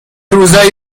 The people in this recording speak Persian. روزایی